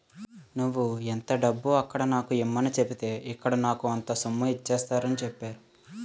నువ్వు ఎంత డబ్బు అక్కడ నాకు ఇమ్మని సెప్పితే ఇక్కడ నాకు అంత సొమ్ము ఇచ్చేత్తారని చెప్పేరు